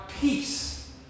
peace